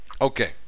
Okay